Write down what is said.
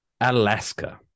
Alaska